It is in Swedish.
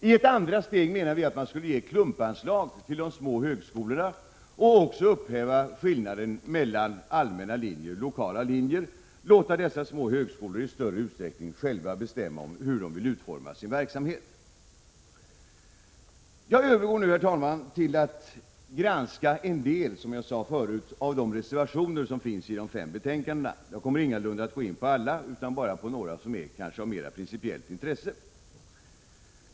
I ett andra steg menar vi att man skulle ge ett klumpanslag till de små högskolorna och också upphäva skillnaden mellan allmänna linjer och lokala linjer och låta dessa små högskolor i större utsträckning bestämma själva hur de vill utforma sin verksamhet. Jag övergår nu, herr talman, till att granska en del av de reservationer som finns i de fem betänkandena. Jag kommer ingalunda att gå in på alla reservationer utan bara på några som kanske är av större principiellt intresse.